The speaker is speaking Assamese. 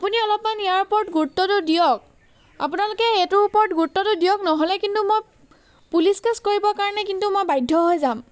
আপুনি অলপমান ইয়াৰ ওপৰত গুৰুত্বটো দিয়ক আপোনালোকে এইটোৰ ওপৰত গুৰুত্বটো দিয়ক নহ'লে কিন্তু মই পুলিচ কেছ কৰিব কাৰণে কিন্তু মই বাধ্য হৈ যাম